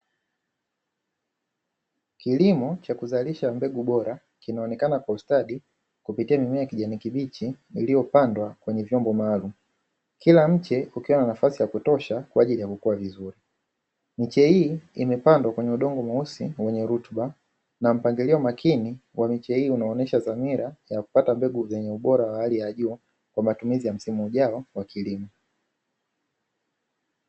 Kilimo cha kuzalisha mbegu bora kinaonekana kwa ustadi kupitia mimea ya kijani kibichi iliyopandwa kwenye vyombo maalum, kila mche ukiwa na nafasi ya kutosha kwaajili ya kukua vizuri, miche hii imepandwa kwenye udongo mweusi wenye rutuba na mpangilio makini wa miche hii unaonyesha dhamira ya kupata mbegu zenye ubora wa hali ya juu, kwa matumizi ya msimu ujao wa kilimo.